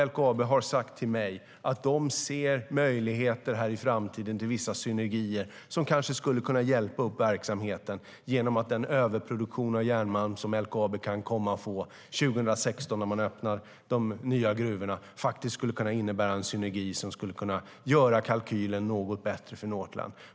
LKAB har sagt till mig att de ser möjligheter i framtiden, vissa synergier, som kan hjälpa verksamheten genom den överproduktion av järnmalm som LKAB kan komma att få 2016 när de nya gruvorna öppnas. Det kan faktiskt innebära en synergi som kan göra kalkylen något bättre för Northland.